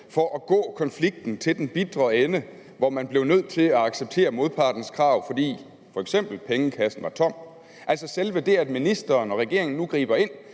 fra at gå konflikten til at bitre ende, hvor man blev nødt til at acceptere modpartens krav, fordi f.eks. pengekassen er tom? Altså selve det, at ministeren og regeringen nu griber ind,